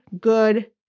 good